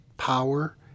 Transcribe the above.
power